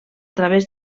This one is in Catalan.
través